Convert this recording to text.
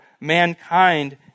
mankind